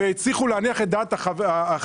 והצליחו להניח את דעת החברים,